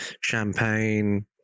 champagne